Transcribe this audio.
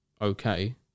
okay